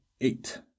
eight